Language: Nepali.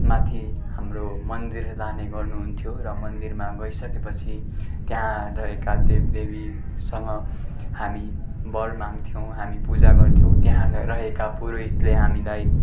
माथि हाम्रो मन्दिर लाने गर्नुहुन्थ्यो र मन्दिरमा गइसकेपछि त्यहाँ रहेका देवदेवीसँग हामी वर माग्थ्यौँ हामी पूजा गर्थ्यौँ त्यहाँ रहेका पुरोहितले हामीलाई